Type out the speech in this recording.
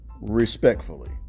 respectfully